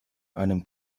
einem